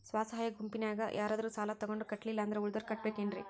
ಸ್ವ ಸಹಾಯ ಗುಂಪಿನ್ಯಾಗ ಯಾರಾದ್ರೂ ಸಾಲ ತಗೊಂಡು ಕಟ್ಟಿಲ್ಲ ಅಂದ್ರ ಉಳದೋರ್ ಕಟ್ಟಬೇಕೇನ್ರಿ?